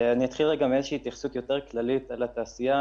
אני אתחיל מאיזושהי התייחסות יותר כללית על התעשייה.